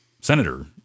senator